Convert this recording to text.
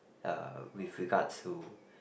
uh with regards to